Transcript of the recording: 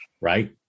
right